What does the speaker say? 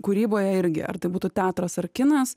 kūryboje irgi ar tai būtų teatras ar kinas